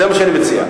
זה מה שאני מציע,